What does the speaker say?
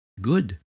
Good